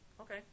Okay